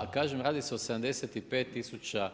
A kažem radi se o 75 000